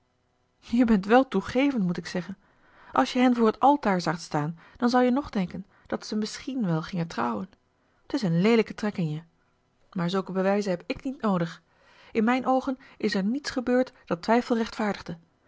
je bent wèl toegevend moet ik zeggen als je hen voor het altaar zaagt staan dan zou je nog denken dat ze misschien wel gingen trouwen t is een leelijke trek in je maar zulke bewijzen heb ik niet noodig in mijn oogen is er niets gebeurd dat twijfel rechtvaardigde